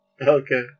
Okay